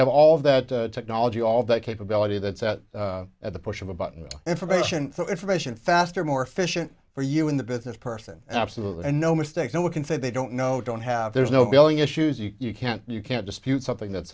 have all of that technology all that capability that sat at the push of a button information so information faster more efficient for you in the business person absolutely and no mistake and we can say they don't know don't have there's no billing issues you can't you can't dispute something that's